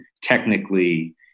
technically